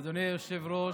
אדוני היושב-ראש,